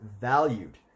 valued